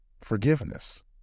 forgiveness